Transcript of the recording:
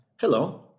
Hello